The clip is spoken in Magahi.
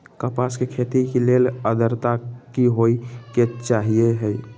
कपास के खेती के लेल अद्रता की होए के चहिऐई?